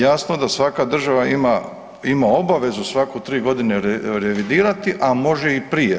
Jasno da svaka država ima obavezu svake 3 godine revidirati, a može i prije.